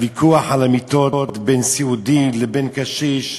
הוויכוח על המיטות בין סיעודי לבין קשיש,